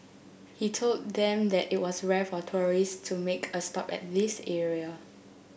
he told them that it was rare for tourist to make a stop at this area